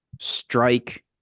strike